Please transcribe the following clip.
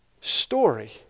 story